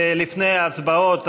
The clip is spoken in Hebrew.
לפני ההצבעות,